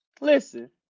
Listen